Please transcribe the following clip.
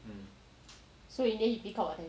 so in the end you pick up what time